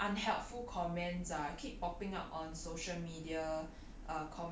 这种 err unhelpful comments are keep popping up on social media